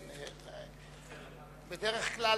בדרך כלל,